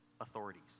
authorities